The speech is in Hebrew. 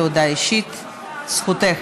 אוקיי, רבותיי,